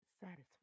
satisfied